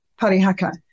Parihaka